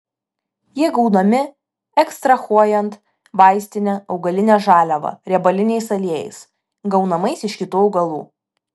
jie gaunami ekstrahuojant vaistinę augalinę žaliavą riebaliniais aliejais gaunamais iš kitų augalų